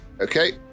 Okay